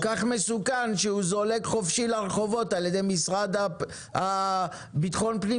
כך מסוכן שהוא זולג חופשי לרחובות על ידי המשרד לביטחון פנים,